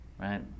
right